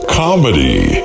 comedy